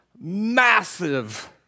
Massive